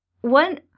one